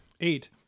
eight